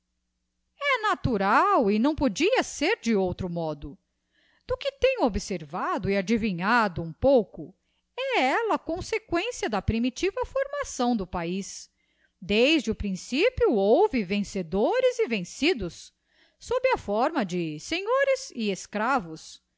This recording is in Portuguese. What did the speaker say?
e natural e não podia ser de outro modo do que tenho observado e adivinhado um pouco é ella consequência da primitiva formação do paiz desde o principio houve vencedores e vencidos sob a forma de senhores e escravos